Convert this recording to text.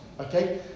okay